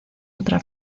otra